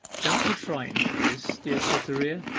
don't be frightened at this, dear cytherea.